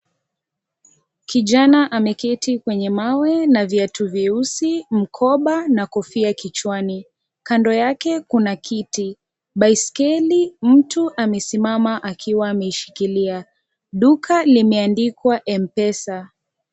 Kijana ameketi kwenye mawe na viatu vyeusi, mkoba na kofia kichwani, kando yake kuna kiti, baiskeli, mtu amesimama akiwa ameshikilia, duka limeandikwa M-Pesa.